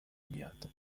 میاد